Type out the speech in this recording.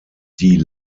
die